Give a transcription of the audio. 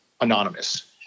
anonymous